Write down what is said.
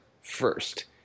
first